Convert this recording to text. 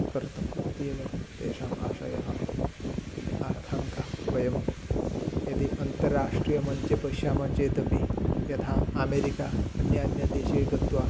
कर्तुम् इत्येव तेषाम् आशयः आकाङ्क्षा वयं यदि अन्ताराष्ट्रियमञ्चे पश्यामः चेत् अपि यथा अमेरिका अन्यान्यदेशे गत्वा